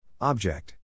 Object